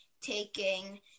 taking